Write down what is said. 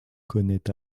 connaît